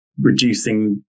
reducing